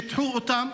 שיטחו אותם,